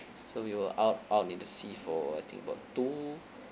so we were out out in the sea for I think about two